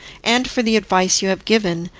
and for the advice you have given,